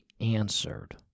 answered